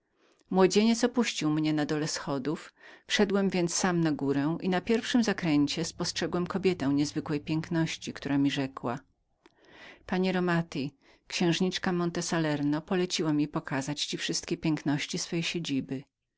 młodzieniec opuścił mnie na dole wschodów weszłem więc sam na górę i na pierwszym zakręcie spostrzegłem kobietę niezwykłej piękności która mi rzekła panie romati księżniczka salerno poleciła mi pokazać ci wszystkie piękności